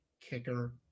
kicker